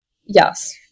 yes